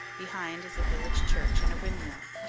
behind is a village church and a windmill.